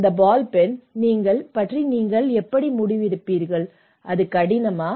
இந்த ball pen பற்றி நீங்கள் எப்படி முடிவெடுப்பீர்கள் அது கடினமா